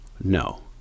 no